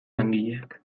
langileak